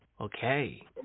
Okay